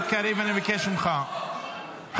הכנסת קריב, יצאנו ידי חובתנו, זה בסדר.